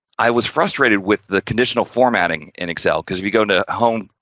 i was frustrated with the conditional formatting in excel because we go to home,